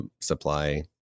supply